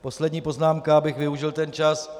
Poslední poznámka, abych využil ten čas.